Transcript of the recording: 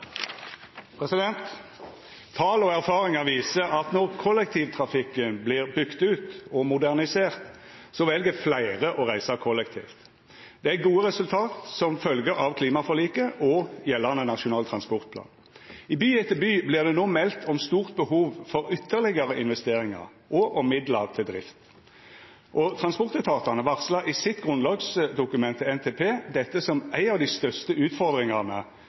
oppfølgingsspørsmål. Tal og erfaringar viser at når kollektivtrafikken vert bygd ut og modernisert, vel fleire å reisa kollektivt. Det er gode resultat som følgje av klimaforliket og gjeldande Nasjonal transportplan. I by etter by vert det no meldt om stort behov for ytterlegare investeringar og midlar til drift. Transportetatane varslar i sitt grunnlagsdokument til NTP dette som ei av dei største utfordringane